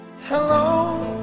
hello